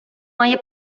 має